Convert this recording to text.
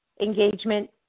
engagement